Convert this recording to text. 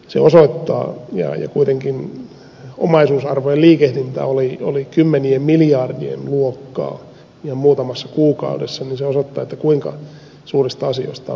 se osoittaa kun kuitenkin omaisuusarvojen liikehdintä oli kymmenien miljardien luokkaa ihan muutamassa kuukaudessa kuinka suurista asioista on kyse